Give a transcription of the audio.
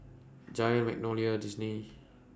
Giant Magnolia Disney